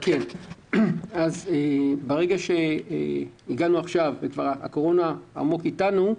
ברגע שהגענו עכשיו, והקורונה כבר עמוק איתנו,